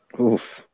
Oof